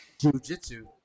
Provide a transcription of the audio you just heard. jujitsu